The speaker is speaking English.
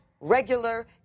regular